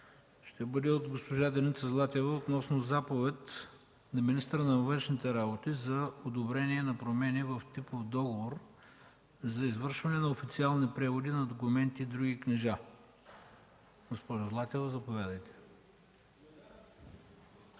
Вас е от госпожа Деница Златева относно заповед на министъра на външните работи за одобрение на промени в типов договор за извършване на официални преводи на документи и други книжа. Госпожо Златева, заповядайте.